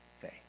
faith